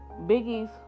Biggie's